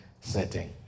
setting